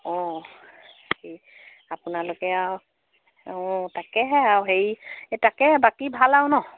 অঁ আপোনালোকে আৰু অঁ তাকেহে আৰু হেৰি তাকে বাকী ভাল আৰু ন